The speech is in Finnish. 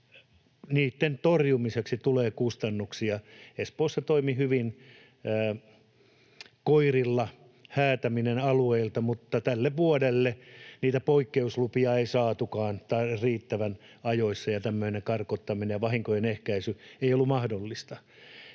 niitten torjumisesta tulee kustannuksia. Espoossa toimi hyvin koirilla häätäminen alueilta, mutta tälle vuodelle niitä poikkeuslupia ei saatukaan riittävän ajoissa ja tämmöinen karkottaminen ja vahinkojen ehkäisy ei ollut mahdollista.